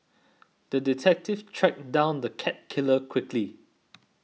the detective tracked down the cat killer quickly